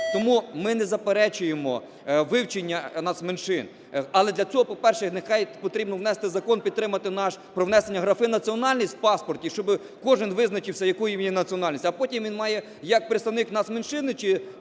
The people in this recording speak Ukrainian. Тому ми не заперечуємо вивчення нацменшин. Але для цього, по-перше, потрібно внести закон і підтримати наш про внесення графи "національність" в паспорті, щоби кожен визначився, якої він національності. А потім він має, як представник нацменшини, чи представник